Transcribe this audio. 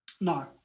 No